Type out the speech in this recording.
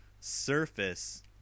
surface